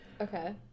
okay